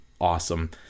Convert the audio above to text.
awesome